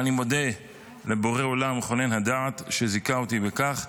ואני מודה לבורא עולם וחונן הדעת שזיכה אותי בכך.